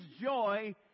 joy